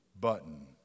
button